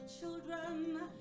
children